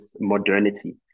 modernity